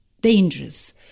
dangerous